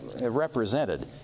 represented